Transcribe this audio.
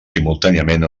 simultàniament